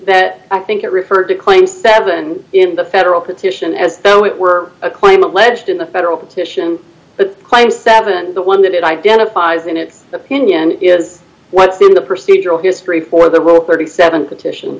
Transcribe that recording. that i think it referred to claim seven in the federal petition as though it were a claim alleged in the federal petition the claim seven the one that it identifies in its opinion is what's in the procedural history for the rope or the seven petition